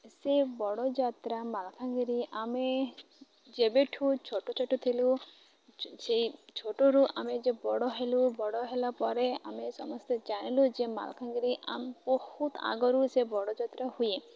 ସେ ବଡ଼ ଯାତ୍ରା ମାଲକାନଗିରି ଆମେ ଯେବେ ଠୁ ଛୋଟ ଛୋଟୁ ଥିଲୁ ସେଇ ଛୋଟରୁ ଆମେ ଯେ ବଡ଼ ହେଲୁ ବଡ଼ ହେଲା ପରେ ଆମେ ସମସ୍ତେ ଜାଣିଲୁ ଯେ ମାଲକାନଗିରି ଆମ ବହୁତ ଆଗରୁ ସେ ବଡ଼ ଯାତ୍ରା ହୁଏ